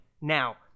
Now